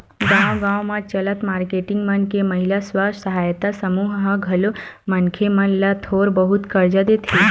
गाँव गाँव म चलत मारकेटिंग मन के महिला स्व सहायता समूह ह घलो मनखे मन ल थोर बहुत करजा देथे